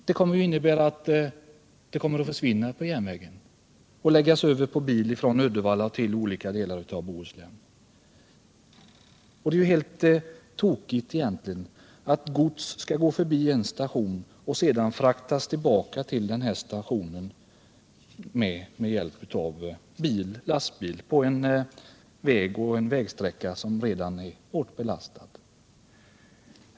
De kommer att innebära att styckegodset försvinner från järnvägen och i stället fraktas med bil från Uddevalla till olika delar av Bohuslän. Det är ju egentligen helt tokigt att gods skall fraktas med tåg förbi en station och sedan fraktas tillbaka till den stationen med lastbil på en vägsträcka som redan är hårt belastad.